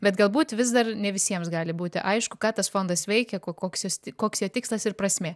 bet galbūt vis dar ne visiems gali būti aišku ką tas fondas veikia ko koks koks jo tikslas ir prasmė